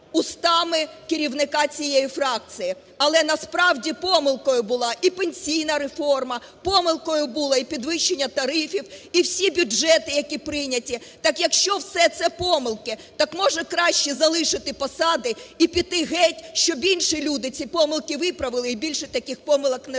устами керівника цієї фракції. Але насправді помилкою була і пенсійна реформа, помилкою було і підвищення тарифів і всі бюджети, які прийняті. Так якщо все це помилки, так може краще залишити посади і піти геть, щоб інші люди ці помилки виправили і більше таких помилок не робили.